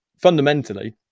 fundamentally